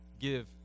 give